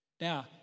Now